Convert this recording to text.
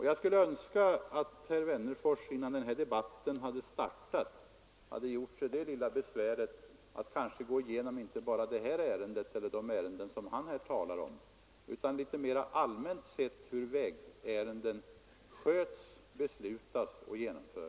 Jag skulle önska att herr Wennerfors innan denna debatt hade startat hade gjort sig det lilla besväret att gå igenom, kanske inte bara det här ärendet eller de ärenden som han här talar om, utan också litet mera allmänt sett hur vägärenden sköts, beslutas och genomförs.